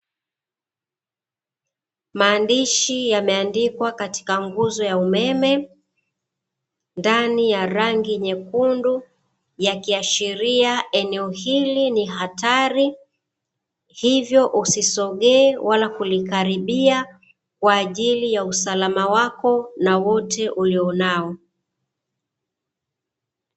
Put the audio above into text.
Maandishi yameandikwa katika nguzo ya umeme, ndani ya rangi nyekundu, yakiashiria eneo hili ni hatari, hivyo usisogee wala kulikaribia kwa ajili ya usalama wako na wote ulionao.